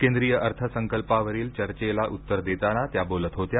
केंद्रीय अर्थसंकल्पावरील चर्चेला उत्तर देताना त्या बोलत होत्या